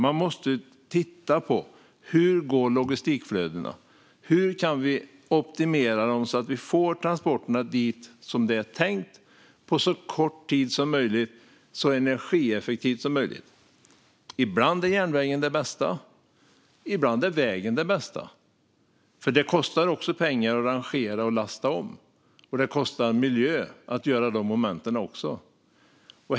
Man måste titta på hur logistikflödena går och hur man kan optimera dem så att man får transporterna dit det är tänkt på så kort tid som möjligt och så energieffektivt som möjligt. Ibland är järnvägen det bästa, men ibland är vägen det bästa. Det kostar ju både pengar och miljö att rangera och lasta om.